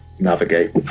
navigate